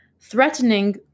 threatening